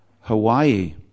Hawaii